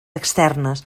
externes